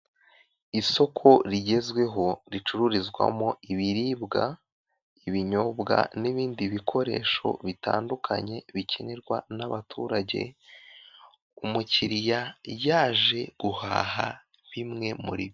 Isoko rigezweho ricururizwamo ibiribwa, ibinyobwa, nibindi bikoresho bitandukanye bikenerwa nabaturage, umukiriya yaje guhaha bimwe muri byo.